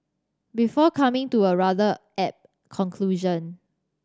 before coming to a rather apt conclusion